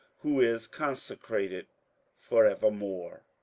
who is consecrated for evermore.